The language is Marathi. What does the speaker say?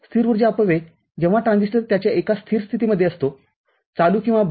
स्थिर ऊर्जा अपव्यय जेव्हा ट्रान्झिस्टर त्याच्या एका स्थिर स्थितीमध्ये असतो चालू किंवा बंद